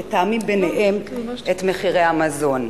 שמתאמים ביניהם את מחירי המזון.